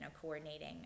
coordinating